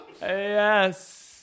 Yes